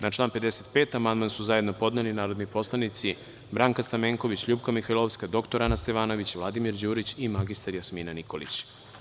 Na član 55. amandman su zajedno podneli narodni poslanici Branka Stamenković, LJupka Mihajlovska, dr Ana Stevanović, Vladimir Đurić i mr Jasmina Nikolić.